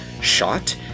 shot—